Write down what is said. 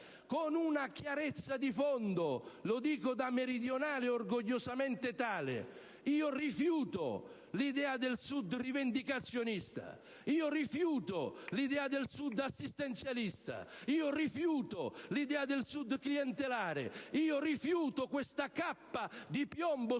con una chiarezza di fondo. Lo dico da meridionale orgogliosamente tale. Io rifiuto l'idea del Sud rivendicazionista; io rifiuto l'idea del Sud assistenzialista; io rifiuto l'idea del Sud clientelare; io rifiuto questa cappa di piombo